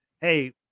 hey